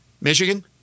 Michigan